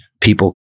people